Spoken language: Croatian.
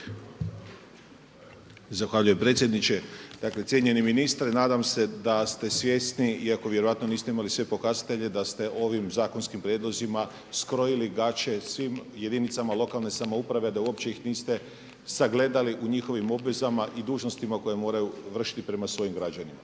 Zahvaljujem predsjedniče. Dakle, cijenjeni ministre. Nadam se da ste svjesni iako vjerojatno niste imali sve pokazatelje da ste ovim zakonskim prijedlozima skrojili gaće svim jedinicama lokalne samouprave da uopće ih niste sagledali u njihovim obvezama i dužnostima koje moraju vršiti prema svojim građanima.